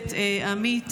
הכנסת עמית